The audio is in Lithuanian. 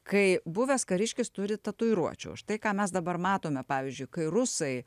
kai buvęs kariškis turi tatuiruočių o štai ką mes dabar matome pavyzdžiui kai rusai